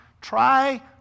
Try